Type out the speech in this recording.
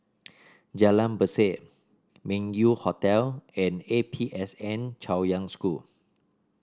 Jalan Berseh Meng Yew Hotel and A P S N Chaoyang School